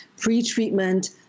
pre-treatment